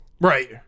right